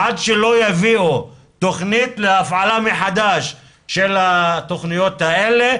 עד שלא יביאו תוכנית להפעלה מחדש של התוכניות האלו.